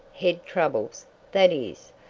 head troubles that is,